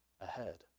ahead